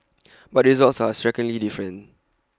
but the results are strikingly different